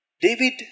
David